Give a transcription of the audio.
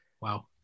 wow